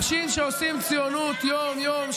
אנשים שעושים ציונות יום-יום,